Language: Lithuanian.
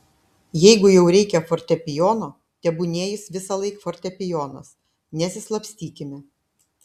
jeigu jau reikia fortepijono tebūnie jis visąlaik fortepijonas nesislapstykime